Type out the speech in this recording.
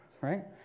right